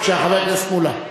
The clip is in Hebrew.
בבקשה, חבר הכנסת מולה.